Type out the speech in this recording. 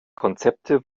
konzepte